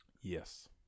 Yes